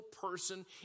person